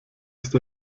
ist